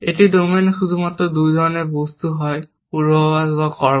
একটি ডোমেনে শুধুমাত্র দুই ধরনের বস্তু হয় পূর্বাভাস বা কর্ম